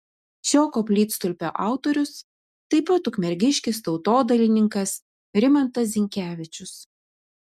šio koplytstulpio autorius taip pat ukmergiškis tautodailininkas rimantas zinkevičius